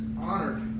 honored